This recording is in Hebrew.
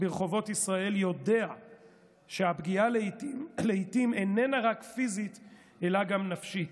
ברחובות ישראל יודע שהפגיעה לעיתים איננה רק פיזית אלא גם נפשית.